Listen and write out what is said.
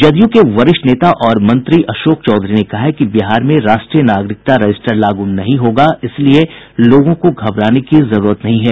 जदयू के वरिष्ठ नेता और मंत्री अशोक चौधरी ने कहा है कि बिहार में राष्ट्रीय नागरिकता रजिस्टर लागू नहीं होगा इसलिए लोगों को घबराने की जरूरत नहीं है